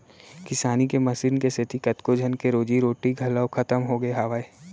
किसानी के मसीन के सेती कतको झन के रोजी रोटी घलौ खतम होगे हावय